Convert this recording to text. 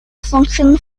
function